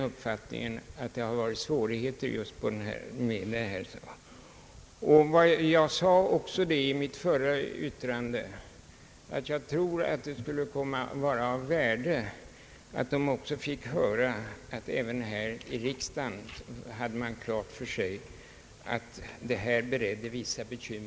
I mitt förra yttrande förklarade jag också att jag trodde det skulle vara av värde att socialstyrelsen fick veta att man även här i riksdagen hade klart för sig att det råder vissa svårigheter och att det därför kunde vara motiverat med en lagändring. Kungl. Maj:ts förslag innebar ändrade avskrivningsregler vid inkomstbeskattningen för rörelseoch hyresfastigheter. De föreslagna ändringarna syftade till att bättre anpassa gällande regler till det företagsekonomiska kostnadsbegreppet.